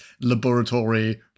laboratory